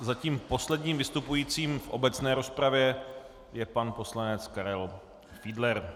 Zatím posledním vystupujícím v obecné rozpravě je pan poslanec Karel Fiedler.